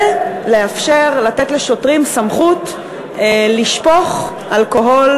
ולאפשר לתת לשוטרים סמכות לשפוך אלכוהול